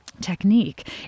technique